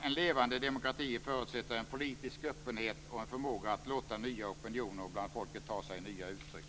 En levande demokrati förutsätter en politisk öppenhet och en förmåga att låta nya opinioner bland folket ta sig nya uttryck.